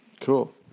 Cool